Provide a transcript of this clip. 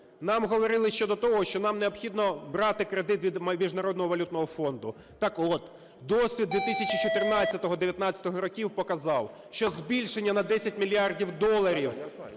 Нам говорили щодо того, що нам необхідно брати кредит від Міжнародного валютного фонду. Так от досвід 2014-2019 років показав, що збільшення на 10 мільярдів доларів